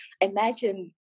imagine